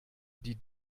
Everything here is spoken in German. die